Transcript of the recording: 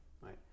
right